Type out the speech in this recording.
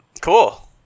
Cool